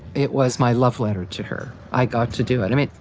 it was my love letter to her. i got to do it. i mean,